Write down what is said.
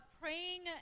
praying